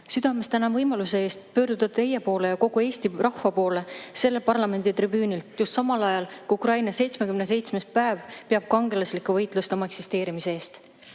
südamest võimaluse eest pöörduda teie poole ja kogu Eesti rahva poole selle parlamendi tribüünilt just samal ajal, kui Ukraina peab 77. päeva kangelaslikku võitlust oma eksisteerimise eest.